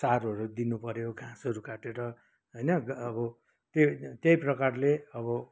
चारोहरू दिनुपऱ्यो घाँसहरू काटेर होइन अब त्यही त्यही प्रकारले अब